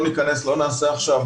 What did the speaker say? לא נעשה עכשיו